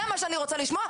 זה מה שאני רוצה לשמוע.